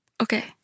okay